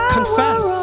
Confess